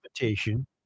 invitation